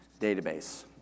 database